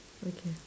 okay